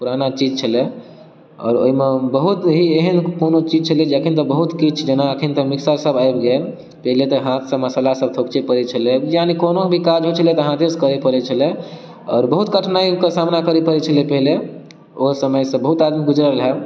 पुराना चीज छलै आओर ओहिमे बहुत ही एहन कोनो चीज छलै जे एखन तऽ बहुत किछु जेना एखन तऽ मिक्सचर सब आबि गेल पहिले तऽ हाथसँ मसाला सब थकुचैत पड़ैत छलै यानी कोनो भी काज होयत छलै तऽ हाथे से करे पड़ैत छलै आओर बहुत कठिनाइ कऽ सामना करे पड़ैत छलै पहिले ओहो समयसँ बहुत आदमी गुजरल होयब